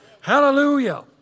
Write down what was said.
Hallelujah